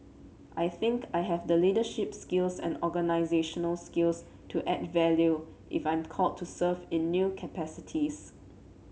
I think I have the leaderships and organisational skills to add value if I'm called to serve in new capacities